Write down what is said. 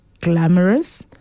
glamorous